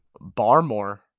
Barmore